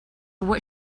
what